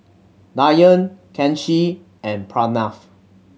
Dhyan Kanshi and Pranav